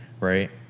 right